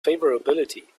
favorability